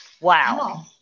Wow